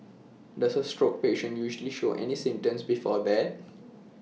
does A stroke patient usually show any symptoms before that